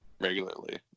regularly